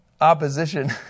Opposition